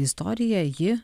istorija ji